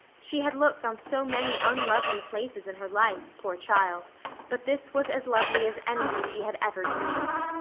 she had looked on so many unlovely places in her life, poor child but this was as lovely as anything she had ever dreamed.